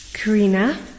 Karina